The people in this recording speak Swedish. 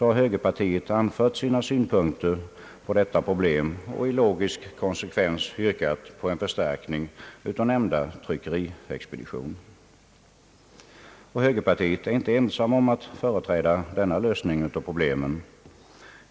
Högerpartiet är inte ensamt om att företräda denna lösning av problemen.